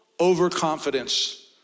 overconfidence